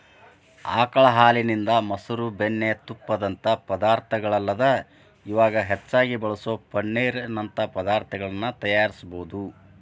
ಆಕಳ ಹಾಲಿನಿಂದ, ಮೊಸರು, ಬೆಣ್ಣಿ, ತುಪ್ಪದಂತ ಪದಾರ್ಥಗಳಲ್ಲದ ಇವಾಗ್ ಹೆಚ್ಚಾಗಿ ಬಳಸೋ ಪನ್ನೇರ್ ನಂತ ಪದಾರ್ತಗಳನ್ನ ತಯಾರಿಸಬೋದು